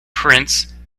prince